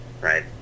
Right